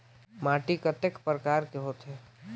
माटी कतेक परकार कर होथे?